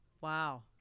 wow